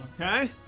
Okay